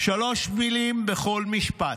שלוש מילים בכל משפט: